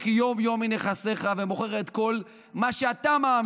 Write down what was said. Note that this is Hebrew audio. יום-יום מנכסיך ומוכר את כל מה שאתה מאמין,